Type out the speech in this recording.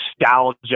nostalgia